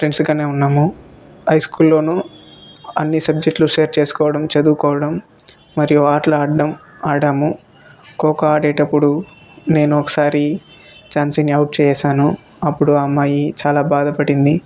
ఫ్రెండ్స్గానే ఉన్నాము హై స్కూల్లో అన్నీ సబ్జెక్టులు షేర్ చేసుకోవడం చదువుకోవడం మరియు ఆటలు ఆడడం ఆడాము ఖోఖో ఆడేటప్పుడు నేను ఒకసారి ఝాన్సీని అవుట్ చేసేశాను అప్పుడు ఆ అమ్మాయి చాలా బాధపడింది